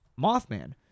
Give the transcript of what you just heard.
Mothman